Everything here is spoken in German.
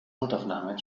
notaufnahme